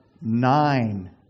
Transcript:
nine